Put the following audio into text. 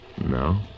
No